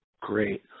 Great